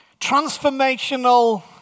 transformational